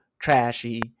Trashy